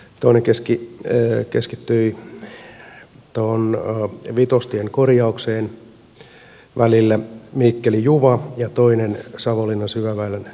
toinen keskittyi tuohon vitostien korjaukseen välillä mikkelijuva ja toinen savonlinnan syväväylän siirtoon